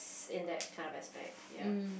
in that kind of aspect ya